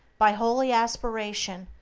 by holy aspiration,